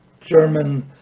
German